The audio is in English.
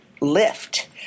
lift